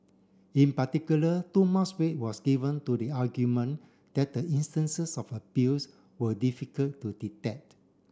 in particular too much weight was given to the argument that the instances of abuse were difficult to detect